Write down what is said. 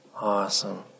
Awesome